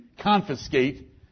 confiscate